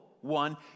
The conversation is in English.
one